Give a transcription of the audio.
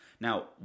Now